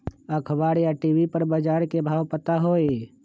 अखबार या टी.वी पर बजार के भाव पता होई?